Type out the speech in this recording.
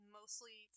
mostly